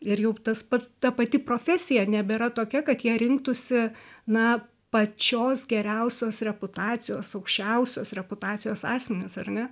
ir jau tas pats ta pati profesija nebėra tokia kad ją rinktųsi na pačios geriausios reputacijos aukščiausios reputacijos asmenys ar ne